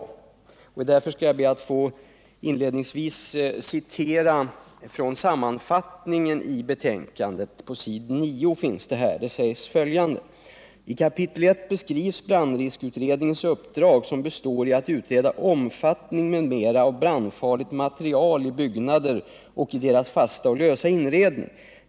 Jag skall därför be att få citera från sammanfattningen i betänkandet, s. 9: ”I kapitel I beskrivs brandriskutredningens uppdrag, som består i att utreda omfattningen m.m. av brandfarligt material i byggnader och i deras fasta och lösa inredning.